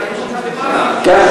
הרשימה סגורה, רבותי.